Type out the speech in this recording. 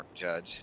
Judge